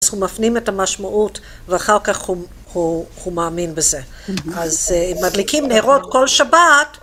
אז הוא מפנים את המשמעות, ואחר כך הוא מאמין בזה. אז מדליקים נהרות כל שבת.